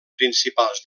principals